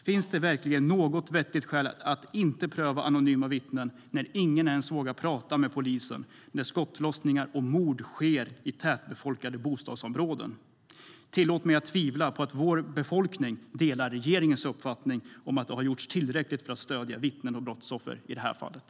Finns det verkligen något vettigt skäl att inte pröva anonyma vittnen när ingen ens vågar prata med polisen, när skottlossningar och mord sker i tätbefolkade bostadsområden? Tillåt mig att tvivla på att vår befolkning delar regeringens uppfattning att det har gjort tillräckligt för att stödja vittnen och brottsoffer i det fallet.